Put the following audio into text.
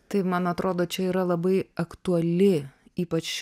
taip man atrodo čia yra labai aktuali ypač